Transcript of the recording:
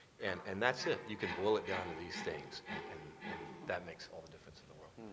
and and that's it. you can boil it down to these things and and and that makes all the difference in the world.